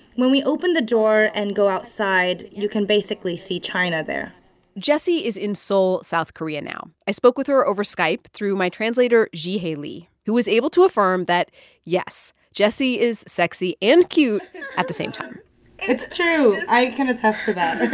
when we open the door and go outside, you can basically see china there jessie is in seoul, south korea, now. i spoke with her over skype through my translator, jihye lee who was able to affirm that yes, jessie is sexy and cute at the same time it's true. i can attest to that